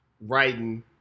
Writing